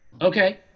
okay